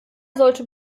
sollte